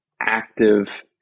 active